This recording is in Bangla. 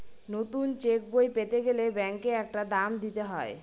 নতুন চেকবই পেতে গেলে ব্যাঙ্কে একটা দাম দিতে হয়